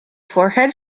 forehead